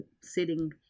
sitting